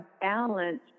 balance